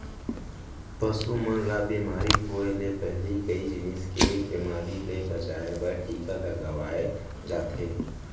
पसु मन ल बेमारी होय ले पहिली कई जिनिस के बेमारी ले बचाए बर टीका लगवाए जाथे